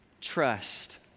trust